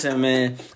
man